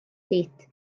siit